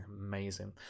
Amazing